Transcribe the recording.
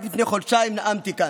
רק לפני חודשיים נאמתי כאן,